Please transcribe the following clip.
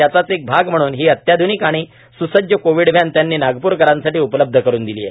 त्याचाच एक भाग म्हणून ही अत्याधूनिक आणि स्सज्ज कोविड व्हॅन त्यांनी नागप्रकरांसाठी उपलब्ध करून दिली आहे